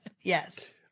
Yes